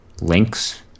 links